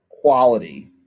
quality